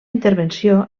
intervenció